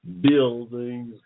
buildings